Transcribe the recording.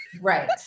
Right